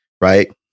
right